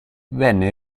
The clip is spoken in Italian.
venne